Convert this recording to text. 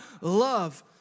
love